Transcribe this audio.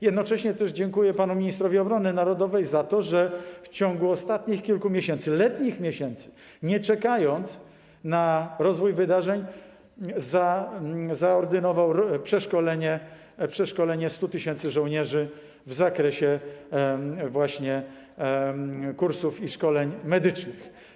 Jednocześnie też dziękuję panu ministrowi obrony narodowej za to, że w ciągu ostatnich kilku miesięcy, letnich miesięcy, nie czekając na rozwój wydarzeń, zaordynował przeszkolenie 100 tys. żołnierzy w zakresie właśnie kursów i szkoleń medycznych.